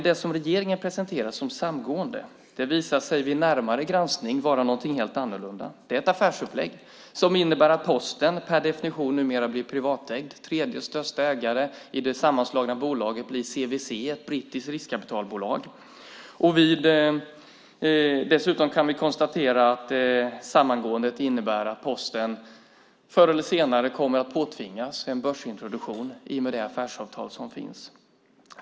Det som regeringen presenterar som samgående visar sig vid närmare granskning vara någonting helt annat. Det är ett affärsupplägg som innebär att Posten per definition numera blir privatägt. Den tredje största ägaren i det sammanslagna bolaget blir CVC, ett brittiskt riskkapitalbolag. Dessutom kan vi konstatera att samgåendet innebär att Posten förr eller senare kommer att påtvingas en börsintroduktion i och med det affärsavtal som finns.